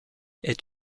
est